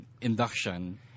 induction